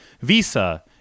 Visa